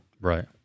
Right